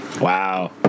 wow